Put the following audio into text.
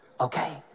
Okay